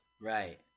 Right